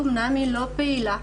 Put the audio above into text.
אמנם היא לא פעילה,